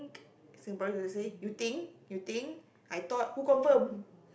Singaporeans like to say you think you think I thought who confirm